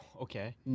Okay